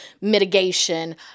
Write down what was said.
mitigation